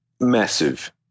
massive